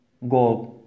Gold